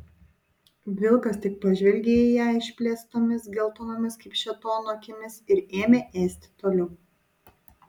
vilkas tik pažvelgė į ją išplėstomis geltonomis kaip šėtono akimis ir ėmė ėsti toliau